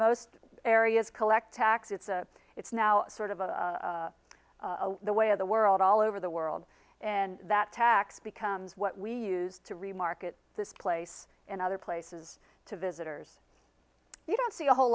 most areas collect tax it's a it's now sort of a the way of the world all over the world and that tax becomes what we use to remarket this place in other places to visitors you don't see a whole